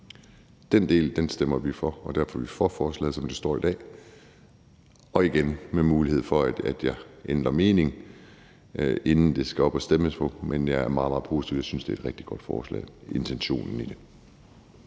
Den del stemmer vi for, og derfor er vi for forslaget, som det ligger i dag. Igen vil jeg sige, at der er mulighed for, at jeg ændrer mening, inden der skal stemmes om det, men jeg er meget, meget positiv. Jeg synes, at intentionen i forslaget er